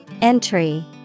Entry